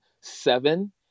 seven